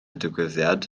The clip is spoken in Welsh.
digwyddiad